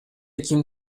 ким